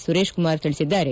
ಸುರೇಶ್ ಕುಮಾರ್ ತಿಳಿಸಿದ್ದಾರೆ